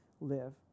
live